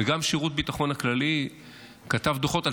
וגם שירות הביטחון הכללי כתב דוחות על